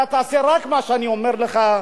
אתה תעשה רק מה שאני אומר לך,